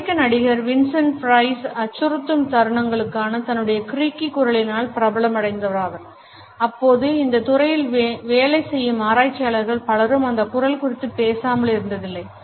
அமெரிக்க நடிகர் Vincent Price அச்சுருத்தும் தருணங்களுக்கான தன்னுடைய creaky குரலினால் பிரபலம் அடைந்தவராவார் இப்போது இந்த துறையில் வேலை செய்யும் ஆராய்ச்சியாளர்கள் பலரும் அந்தக் குரல் குறித்துப் பேசாமல் இருப்பதில்லை